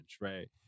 right